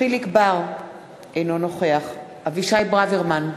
יחיאל חיליק בר, אינו נוכח אבישי ברוורמן,